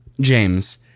James